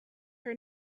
her